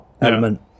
element